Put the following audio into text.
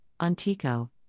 Antico